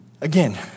Again